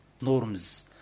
Norms